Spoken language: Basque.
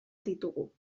ditugu